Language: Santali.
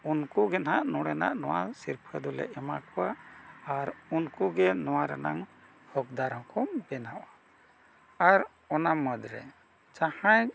ᱩᱱᱠᱩ ᱜᱮ ᱱᱟᱦᱟᱜ ᱱᱚᱰᱮᱱᱟᱜ ᱱᱚᱣᱟ ᱥᱤᱨᱯᱟᱹ ᱫᱚᱞᱮ ᱮᱢᱟ ᱠᱚᱣᱟ ᱟᱨ ᱩᱱᱠᱩ ᱜᱮ ᱱᱚᱣᱟ ᱨᱮᱱᱟᱜ ᱦᱚᱠᱫᱟᱨ ᱦᱚᱸᱠᱚ ᱵᱮᱱᱟᱣᱚᱜᱼᱟ ᱟᱨ ᱚᱱᱟ ᱢᱩᱫᱽᱨᱮ ᱡᱟᱦᱟᱸᱭ